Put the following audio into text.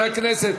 חברי הכנסת,